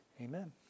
Amen